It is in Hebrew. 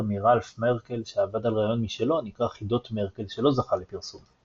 מרלף מרקל שעבד על רעיון משלו הנקרא חידות מרקל שלא זכה לפרסום.